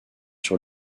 sur